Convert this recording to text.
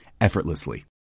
effortlessly